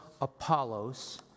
Apollos